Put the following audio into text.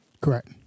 Correct